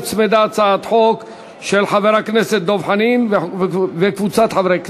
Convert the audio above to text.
הוצמדה הצעת חוק של חבר הכנסת דב חנין וקבוצת חברי הכנסת.